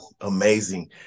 amazing